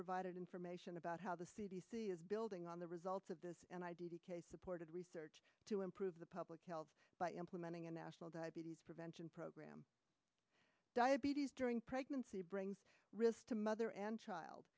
provided information about how the c d c is building on the results of this and idea supported research to improve the public health by implementing a national diabetes prevention program diabetes during pregnancy brings risk to mother and child